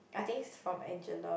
I think is from Angela